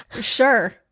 Sure